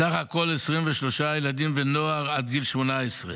סך הכול 23 ילדים ונוער עד גיל 18,